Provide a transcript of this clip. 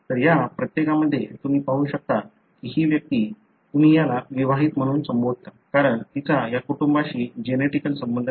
तर या प्रत्येकामध्ये तुम्ही पाहू शकता की ही व्यक्ती तुम्ही याला विवाहित म्हणून संबोधता कारण तिचा या कुटुंबाशी जेनेटिकली संबंध नाही